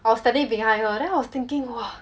I was standing behind her then I was thinking !wah!